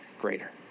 greater